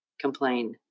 complain